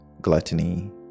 gluttony